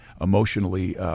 emotionally